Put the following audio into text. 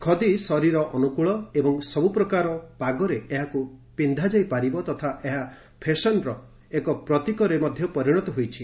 ଖଦୀ ଶରୀର ଅନୁକୂଳ ଏବଂ ସବୁ ପ୍ରକାର ପାଗରେ ଏହାକୁ ପିନ୍ଧାଯାଇ ପାରିବ ତଥା ଏହା ଫ୍ୟାସନର ଏକ ପ୍ରତୀକରେ ମଧ୍ୟ ପରିଣତ ହୋଇଛି